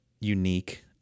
unique